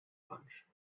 punch